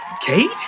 Kate